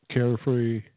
Carefree